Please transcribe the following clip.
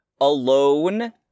alone